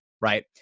right